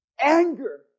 anger